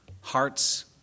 hearts